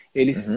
eles